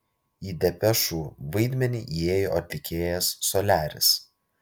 į depešų vaidmenį įėjo atlikėjas soliaris